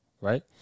Right